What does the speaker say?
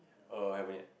err haven't yet